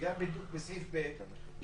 וגם בסעיף (ב),